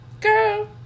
Girl